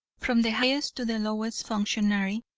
from the highest to the lowest functionary.